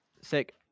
Sick